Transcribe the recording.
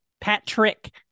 Patrick